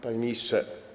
Panie Ministrze!